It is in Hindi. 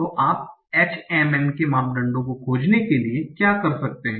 तो आप HMM के मापदंडों को खोजने के लिए क्या कर सकते हैं